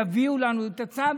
יביאו לנו את הצו,